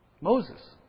Moses